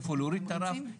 איפה להוריד את הרף,